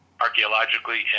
archaeologically